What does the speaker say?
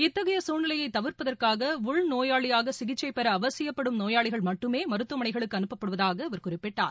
இத்தகைய சூழ்நிலையை தவிர்ப்பதற்காக உள் நோயாளியாக சிகிச்சை பெற அவசியப்படும் நோயாளிகள் மட்டுமே மருத்துவமனைகளுக்கு அனுப்பப்படுவதாக அவர் குறிப்பிட்டார்